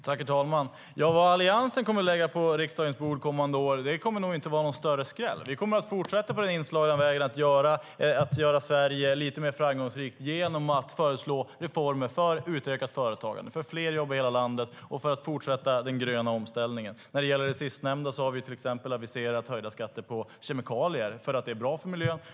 Herr talman! Vad Alliansen kommer att lägga på riksdagens bord kommande år kommer inte att vara någon större skräll. Vi kommer att fortsätta på den inslagna vägen att göra Sverige lite mer framgångsrikt genom att föreslå reformer för utökat företagande, för fler jobb i hela landet och för att fortsätta den gröna omställningen. När det gäller det sistnämnda har vi till exempel aviserat höjda skatter på kemikalier för att det är bra för miljön.